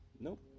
nope